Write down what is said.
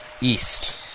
east